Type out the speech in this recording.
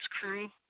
Crew